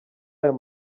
ayo